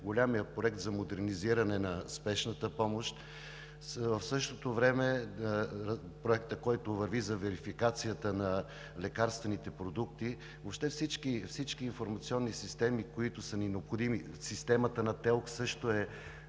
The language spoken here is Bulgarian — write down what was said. големия проект за модернизиране на спешната помощ, в същото време върви проектът за верификацията на лекарствените продукти, въобще всички информационни системи, които са ни необходими. Системата на ТЕЛК също е